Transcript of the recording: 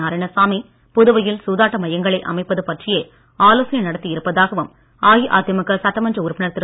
நாராயணசாமி புதுவையில் சூதாட்ட மையங்களை அமைப்பது பற்றியே ஆலோசனை நடத்தி இருப்பதாகவும் அஇஅதிமுக சட்டமன்ற உறுப்பினர் திரு